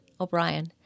O'Brien